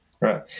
Right